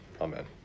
Amen